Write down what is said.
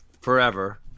Forever